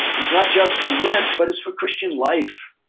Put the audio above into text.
it's not just for lent, but it's for christian life.